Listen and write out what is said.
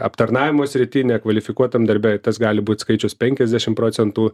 aptarnavimo srity nekvalifikuotam darbe tas gali būt skaičius penkiasdešim procentų